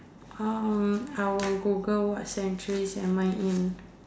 uh I will Google what centuries am I in